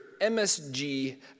MSG